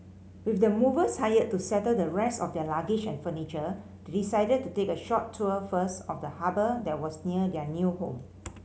with the movers hired to settle the rest of their luggage and furniture they decided to take a short tour first of the harbour that was near their new home